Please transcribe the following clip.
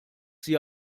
sie